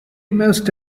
most